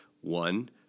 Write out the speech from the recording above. One